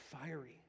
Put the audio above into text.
fiery